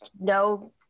no